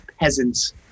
peasants